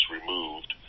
removed